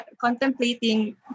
contemplating